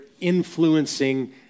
influencing